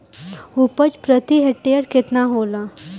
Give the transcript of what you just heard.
उपज प्रति हेक्टेयर केतना होला?